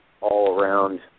all-around